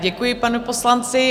Děkuji panu poslanci.